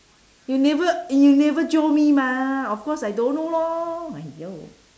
you never you never jio me mah of course I don't know lor !aiyo!